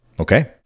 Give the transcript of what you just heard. Okay